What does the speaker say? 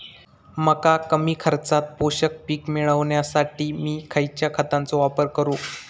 मका कमी खर्चात पोषक पीक मिळण्यासाठी मी खैयच्या खतांचो वापर करू?